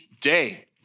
day